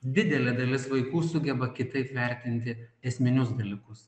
didelė dalis vaikų sugeba kitaip vertinti esminius dalykus